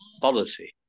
policy